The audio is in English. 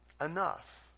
Enough